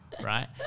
Right